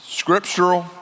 scriptural